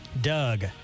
Doug